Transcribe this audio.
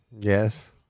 Yes